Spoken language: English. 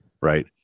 right